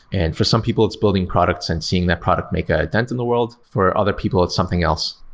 and for some people it's building products and seeing that product make ah a dent in the world. for other people it's something else.